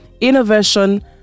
innovation